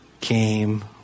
came